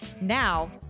Now